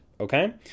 okay